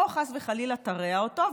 או חס וחלילה היא תרע אותו,